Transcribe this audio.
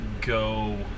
go